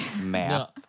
Math